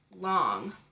long